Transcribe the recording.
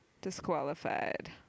disqualified